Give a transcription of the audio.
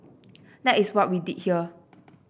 that is what we did here